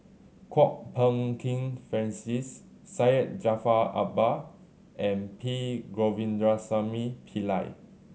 Kwok Peng Kin Francis Syed Jaafar Albar and P Govindasamy Pillai